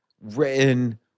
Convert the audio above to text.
written